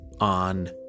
on